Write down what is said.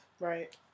Right